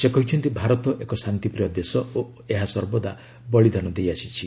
ସେ କହିଛନ୍ତି ଭାରତ ଏକ ଶାନ୍ତିପ୍ରିୟ ଦେଶ ଓ ସର୍ବଦା ବଳିଦାନ ଦେଇଆସିଛି